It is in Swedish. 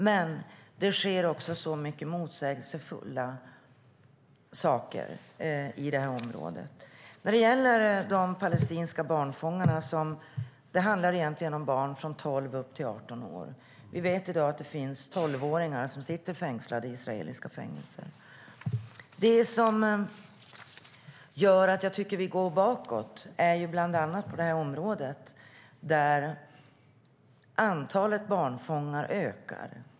Men det sker också mycket motsägelsefulla saker i det här området. När det gäller de palestinska barnfångarna handlar det om barn från 12 år och upp till 18 år. Vi vet i dag att det finns 12-åringar som sitter i israeliska fängelser. Det som gör att jag tycker att vi går bakåt är bland annat att antalet barnfångar ökar.